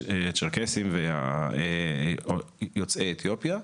הצ'רקסיים ויוצאי אתיופיה.